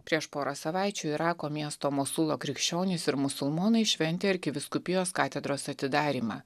prieš porą savaičių irako miesto mosulo krikščionys ir musulmonai šventė arkivyskupijos katedros atidarymą